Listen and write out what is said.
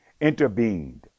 intervened